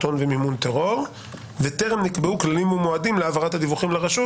הון ומימון טרור וטרם נקבעו כללים ומועדים להעברת הדיווחים לרשות.